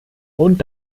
und